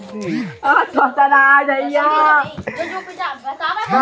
मेरे पास आधार कार्ड नहीं है क्या मेरा खाता खुल जाएगा?